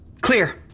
Clear